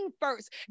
first